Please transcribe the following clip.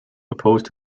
opposed